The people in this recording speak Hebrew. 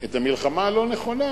את המלחמה הלא-נכונה,